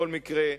בכל מקרה,